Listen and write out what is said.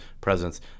presence